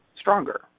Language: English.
stronger